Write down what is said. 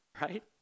Right